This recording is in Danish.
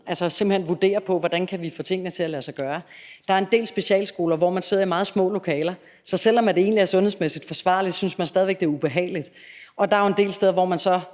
og simpelt hen vurderer, hvordan man kan få tingene til at lade sig gøre. Der er en del specialskoler, hvor man sidder i meget små lokaler, så selv om det egentlig er sundhedsmæssigt forsvarligt, synes man stadig væk, det er ubehageligt, og der er jo en del steder, hvor man så